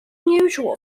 unusual